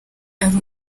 ari